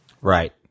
right